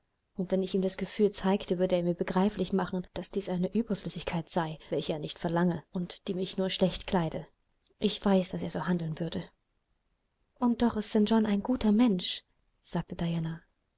und wenn ich ihm das gefühl zeigte würde er mir begreiflich machen daß dies eine überflüssigkeit sei welche er nicht verlange und die mich nur schlecht kleide ich weiß daß er so handeln würde und doch ist st john ein guter mensch sagte